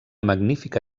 magnífica